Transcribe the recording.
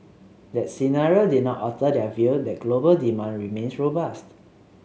that scenario did not alter their view that global demand remains robust